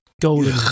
golden